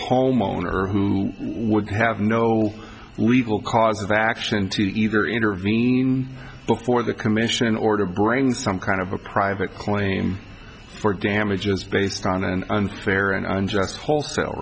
homeowner who would have no legal cause of action to either intervene before the commission or to bring some kind of a private claim for damages based on an unfair and unjust wholesale